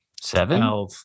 Seven